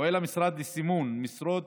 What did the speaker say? פועל המשרד בסימון משרות